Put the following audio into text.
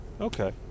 Okay